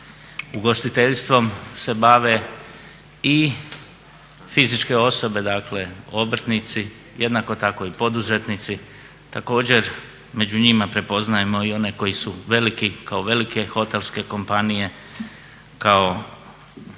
Ugostiteljstvom se bave i fizičke osobe, dakle obrtnici, jednako tako i poduzetnici. Također među njima prepoznajemo i one koji su veliki kao velike hotelske kompanije, kao